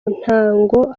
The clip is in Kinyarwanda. ntango